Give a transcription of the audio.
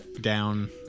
down